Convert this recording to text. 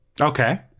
okay